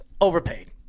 overpaid